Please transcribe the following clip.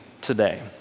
today